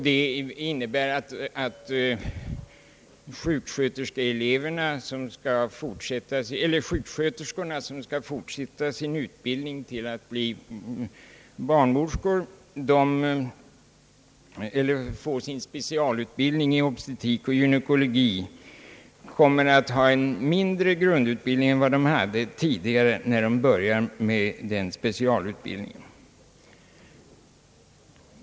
Det innebär att sjuksköterskorna, som skall fortsätta sin utbildning till att bli barnmorskor och får specialutbildning i obstetrik och gynekologi kommer att ha. en mindre: grundutbildning än de tidigare hade när: de började denna specialutbildning.